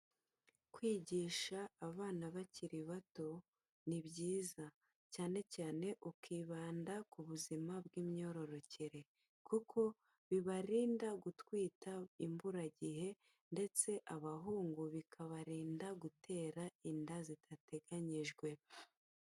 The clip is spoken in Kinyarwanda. Kwigisha abana bakiri bato ni byiza cyane cyane ukibanda ku buzima bw'imyororokere kuko bibarinda gutwita imburagihe ndetse abahungu bikabarinda gutera inda zidateganyijwe.